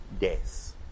death